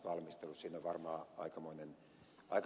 siinä on varmaan aikamoinen kirjo